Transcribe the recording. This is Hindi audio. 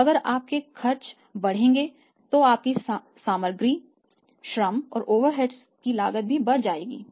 तो अगर आपके खर्च बढ़ेंगे तो आपकी सामग्री श्रम और ओवरहेड्स की लागत भी बढ़ जाएगी